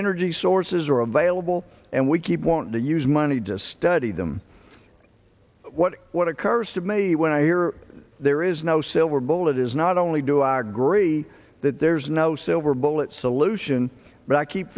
energy sources are available and we keep want to use money to study them what what occurs to me when i hear there is no silver bullet is not only do i agree that there's no silver bullet solution but i keep